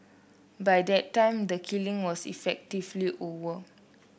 by that time the killing was effectively over